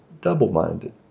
double-minded